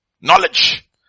knowledge